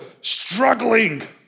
struggling